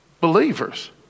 believers